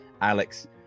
alex